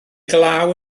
glaw